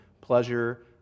pleasure